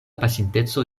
pasinteco